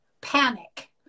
panic